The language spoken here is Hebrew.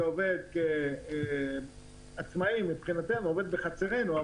שהוא נמל שאומנם עובד בחצרנו,